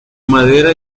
madera